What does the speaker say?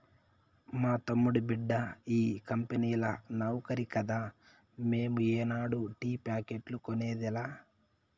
మా తమ్ముడి బిడ్డ ఈ కంపెనీల నౌకరి కదా మేము ఏనాడు టీ ప్యాకెట్లు కొనేదిలా